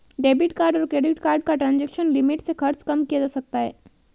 debit card और credit card का transaction limit से खर्च कम किया जा सकता है